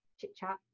chit-chat